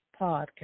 podcast